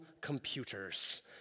computers